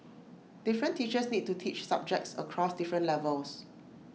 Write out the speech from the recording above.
different teachers need to teach subjects across different levels